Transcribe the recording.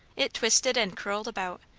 it twisted and curled about,